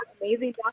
amazing